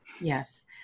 yes